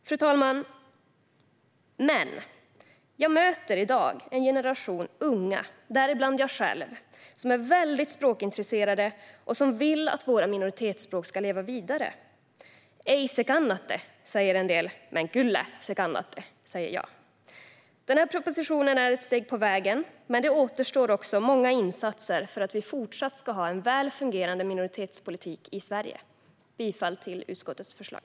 Fru talman! Jag möter i dag en generation unga, däribland jag själv, som är väldigt språkintresserade och vill att våra minoritetsspråk ska leva vidare. "Ei se kannatte" säger en del, men "kyllä se kannatte" säger jag. Den här propositionen är ett steg på vägen, men det återstår också många insatser för att vi fortsatt ska ha en välfungerande minoritetspolitik i Sverige. Jag yrkar bifall till utskottets förslag.